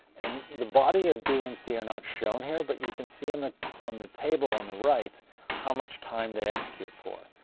and the body of b and c are not shown here, but you can see and on the table on the right how much time they execute for.